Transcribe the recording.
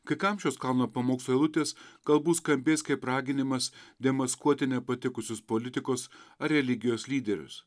kai kam šios kalno pamokslo eilutės galbūt skambės kaip raginimas demaskuoti nepatikusius politikus ar religijos lyderius